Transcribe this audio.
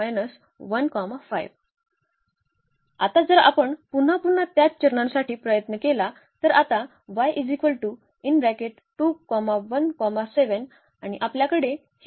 आता जर आपण पुन्हा पुन्हा त्याच चरणांसाठी प्रयत्न केला तर आता आणि आपल्याकडे हे u आणि v आहे